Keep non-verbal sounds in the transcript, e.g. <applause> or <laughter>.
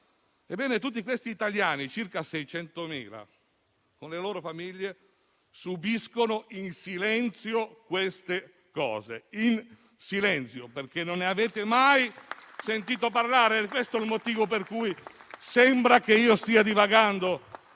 Ebbene, tutti questi italiani, circa 600.000 (con le loro famiglie), subiscono in silenzio queste cose, perché non ne avete mai sentito parlare. <applause> È questo il motivo per cui sembra che io stia divagando,